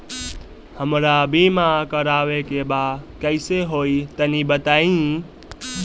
हमरा बीमा करावे के बा कइसे होई तनि बताईं?